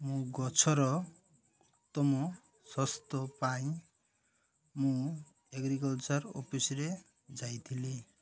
ମୁଁ ଗଛର ଉତ୍ତମ ଶସ୍ତ ପାଇଁ ମୁଁ ଏଗ୍ରିକଲଚର ଅଫିସରେ ଯାଇଥିଲି